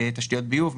תשתיות ביוב,